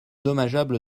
dommageable